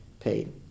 Paid